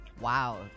Wow